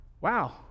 Wow